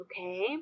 okay